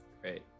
Great